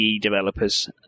developers